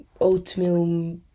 oatmeal